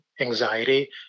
anxiety